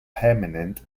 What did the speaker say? permanent